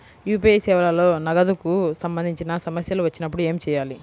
UPI సేవలలో నగదుకు సంబంధించిన సమస్యలు వచ్చినప్పుడు ఏమి చేయాలి?